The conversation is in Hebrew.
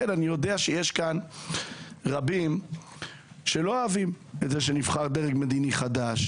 אני יודע שיש רבים שלא אוהבים את זה שנבחר דרג מדיני חדש,